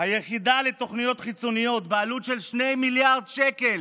היחידה לתוכניות חיצוניות בעלות של 2 מיליארד שקל,